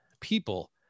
people